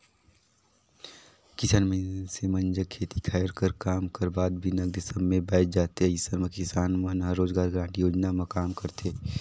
किसान मइनसे मन जग खेती खायर कर काम कर बाद भी नगदे समे बाएच जाथे अइसन म किसान मन ह रोजगार गांरटी योजना म काम करथे